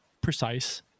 precise